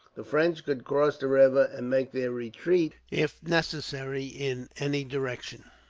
the french could cross the river and make their retreat, if necessary, in any direction.